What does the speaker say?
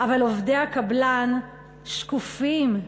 אבל עובדי הקבלן שקופים,